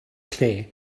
lle